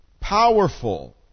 powerful